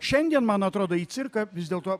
šiandien man atrodo į cirką vis dėlto